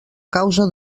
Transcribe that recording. causa